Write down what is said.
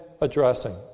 addressing